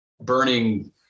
burning